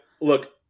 look